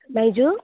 माइजू